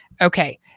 okay